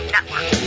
Network